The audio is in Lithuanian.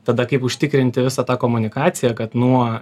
tada kaip užtikrinti visą tą komunikaciją kad nuo